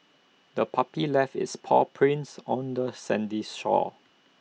the puppy left its paw prints on the sandy shore